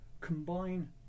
combine